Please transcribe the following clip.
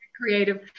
creative